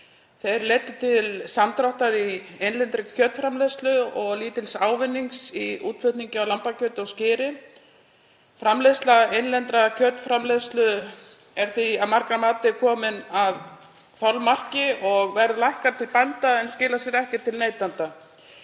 Þeir leiddu til samdráttar í innlendri kjötframleiðslu og lítils ávinnings í útflutningi á lambakjöti og skyri. Framleiðsla innlendrar kjötframleiðslu er því að margra mati komin að þolmörkum og verð lækkar til bænda en það skilar sér ekki til neytenda.